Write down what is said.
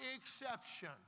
exception